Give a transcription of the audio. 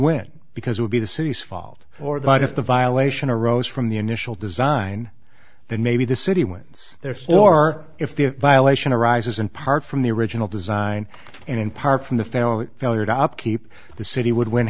win because it would be the city's fault or that if the violation arose from the initial design then maybe the city wants therefore if the violation arises in part from the original design and in part from the family failure to upkeep the city would win